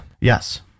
Yes